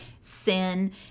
sin